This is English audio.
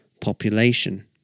population